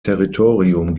territorium